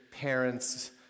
parents